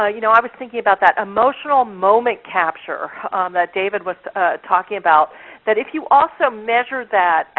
ah you know i was thinking about that emotional moment capture that david was talking about that if you also measure that,